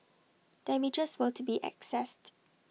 damages were to be accessed